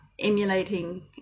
emulating